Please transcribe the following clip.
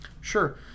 Sure